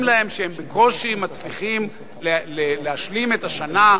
להם שבקושי הם מצליחים להשלים את השנה,